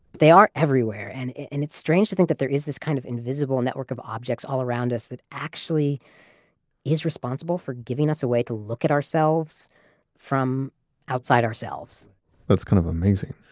they are everywhere. and and it's strange to think that there is this kind of invisible network of objects all around us that actually is responsible for giving us a way to look at ourselves from outside ourselves that's kind of amazing.